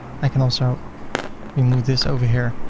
i can also remove this over here